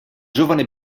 giovane